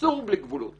אסור בלי גבולות,